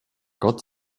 gott